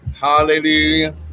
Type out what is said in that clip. Hallelujah